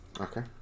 Okay